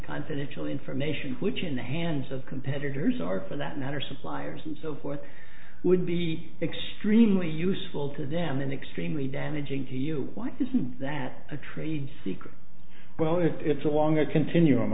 confidential information which in the hands of competitors are for that matter suppliers and so forth would be extremely useful to them and extremely damaging to you why isn't that a trade secret well it's a longer continuum